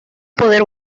poder